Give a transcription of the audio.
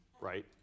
Right